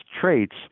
traits